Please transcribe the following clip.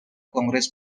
congress